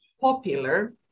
Popular